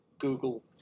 Google